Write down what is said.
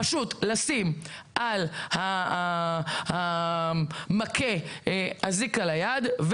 פשוט לשים על המכה אזיק על היד,